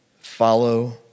follow